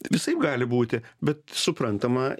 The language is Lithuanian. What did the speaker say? visaip gali būti bet suprantama